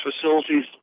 facilities